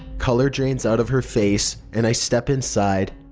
color drains out of her face, and i step inside.